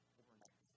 overnight